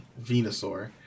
Venusaur